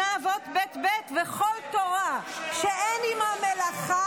משנה אבות ב', ב': "וכל תורה שאין עימה מלאכה,